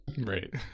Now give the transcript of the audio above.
Right